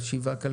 לחשיבה כלכלית?